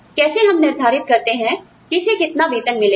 कैसे हम निर्धारित करते हैं किसे कितना वेतन मिलेगा